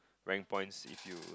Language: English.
rank points if you